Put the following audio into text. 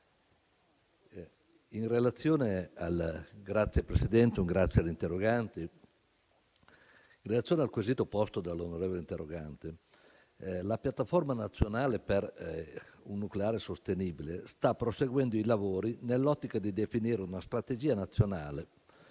In relazione al quesito posto dall'onorevole interrogante, la piattaforma nazionale per un nucleare sostenibile sta proseguendo i lavori nell'ottica di definire una strategia nazionale